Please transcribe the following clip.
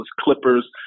Clippers